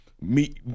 meet